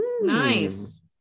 Nice